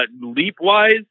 Leap-wise